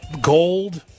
gold